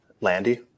Landy